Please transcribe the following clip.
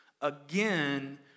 again